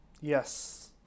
Yes